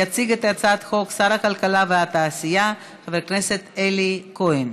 יציג את הצעת החוק שר הכלכלה והתעשייה חבר הכנסת אלי כהן.